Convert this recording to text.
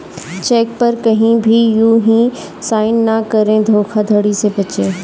check पर कहीं भी यू हीं साइन न करें धोखाधड़ी से बचे